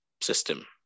system